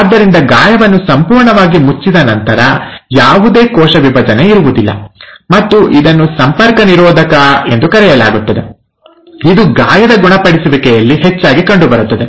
ಆದ್ದರಿಂದ ಗಾಯವನ್ನು ಸಂಪೂರ್ಣವಾಗಿ ಮುಚ್ಚಿದ ನಂತರ ಯಾವುದೇ ಕೋಶ ವಿಭಜನೆ ಇರುವುದಿಲ್ಲ ಮತ್ತು ಇದನ್ನು ಸಂಪರ್ಕ ನಿರೋಧಕ ಎಂದು ಕರೆಯಲಾಗುತ್ತದೆ ಇದು ಗಾಯದ ಗುಣಪಡಿಸುವಿಕೆಯಲ್ಲಿ ಹೆಚ್ಚಾಗಿ ಕಂಡುಬರುತ್ತದೆ